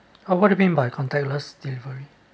oh what do you mean by contactless delivery